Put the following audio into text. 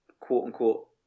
quote-unquote